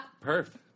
Perfect